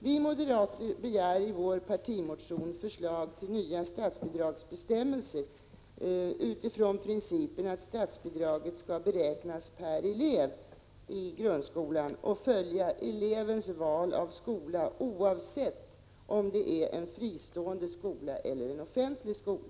Vi moderater begär i vår partimotion förslag till nya statsbidragsbestämmelser, utifrån principen att statsbidraget skall räknas per elev i grundskolan och följa elevens val av skola, oavsett om det är en fristående eller en offentlig skola.